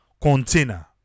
container